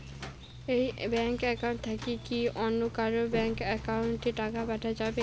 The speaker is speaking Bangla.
এই ব্যাংক একাউন্ট থাকি কি অন্য কোনো ব্যাংক একাউন্ট এ কি টাকা পাঠা যাবে?